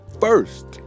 first